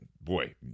Boy